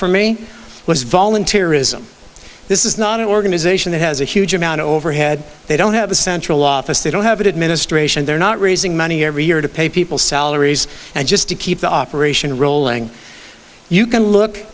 for me was volunteerism this is not an organization that has a huge amount over ahead they don't have a central office they don't have an administration they're not raising money every year to pay people salaries and just to keep the operation rolling you can look